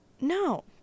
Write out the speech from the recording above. No